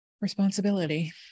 responsibility